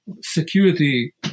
security